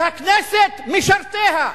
והכנסת, משרתיה.